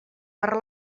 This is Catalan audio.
per